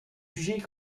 jugée